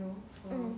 mm